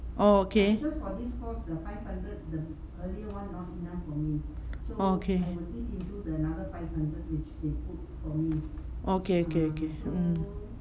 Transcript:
oh okay orh okay okay okay okay mm